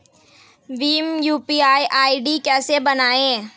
Bhim UPI ID कैसे बनाएं?